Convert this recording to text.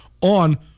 on